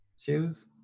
shoes